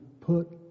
put